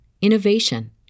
innovation